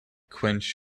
quench